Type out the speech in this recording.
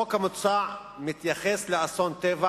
החוק המוצע מתייחס לאסון טבע,